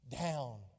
down